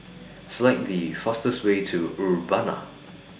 Select The fastest Way to Urbana